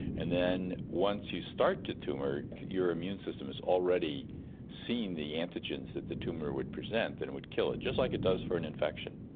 and then once you start the tumour your immune system has already seen the antigens that the tumour would present and would kill it. just like it does for an infection.